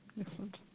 Excellent